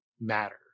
matter